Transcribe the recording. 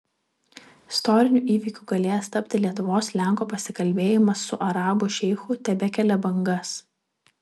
istoriniu įvykiu galėjęs tapti lietuvos lenko pasikalbėjimas su arabų šeichu tebekelia bangas